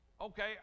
okay